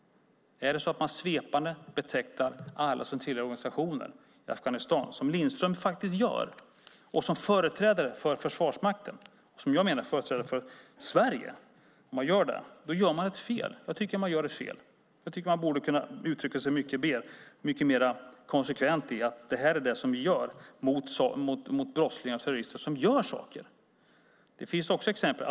Om man svepande betecknar alla som tillhör organisationer i Afghanistan som terrorister, vilket Lindström faktiskt gör som företrädare för Försvarsmakten, som företrädare för Sverige, gör man fel. Man borde kunna uttrycka sig mycket mer konsekvent att det här är det vi gör mot brottslingar och terrorister som gör saker.